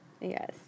Yes